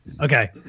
Okay